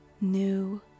new